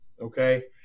okay